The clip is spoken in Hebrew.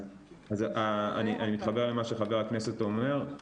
אני מתחבר למה שחבר הכנסת אומר.